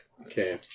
Okay